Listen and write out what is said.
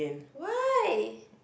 why